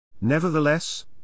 Nevertheless